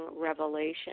revelation